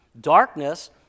Darkness